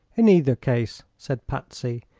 in either case, said patsy,